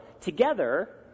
together